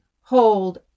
hold